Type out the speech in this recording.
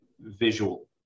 visual